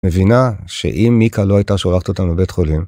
מבינה שאם מיקה לא הייתה שולחת אותנו בבית חולים...